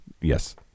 Yes